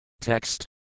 Text